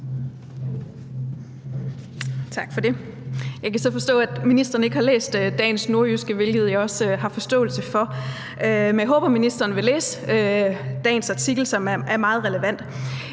Tak for det. Jeg kan så forstå, at ministeren ikke har læst dagens NORDJYSKE, hvilket jeg også har forståelse for, men jeg håber, at ministeren vil læse dagens artikel, som er meget relevant.